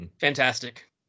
Fantastic